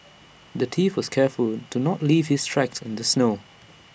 the thief was careful to not leave his tracks in the snow